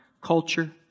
culture